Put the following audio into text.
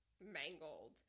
mangled